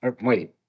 Wait